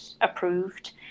approved